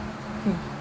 hmm